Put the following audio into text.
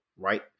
Right